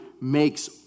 makes